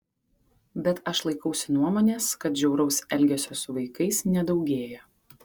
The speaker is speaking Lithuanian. bet aš laikausi nuomonės kad žiauraus elgesio su vaikais nedaugėja